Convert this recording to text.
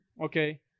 okay